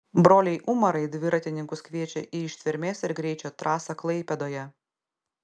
broliai umarai dviratininkus kviečia į ištvermės ir greičio trasą klaipėdoje